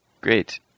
Great